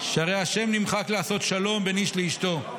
שהרי השם נמחק לעשות שלום בין איש לאשתו".